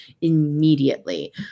immediately